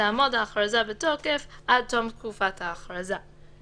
תעמוד ההכרזה בתוקף עד תום תקופת ההכרזה.